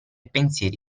pensieri